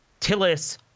Tillis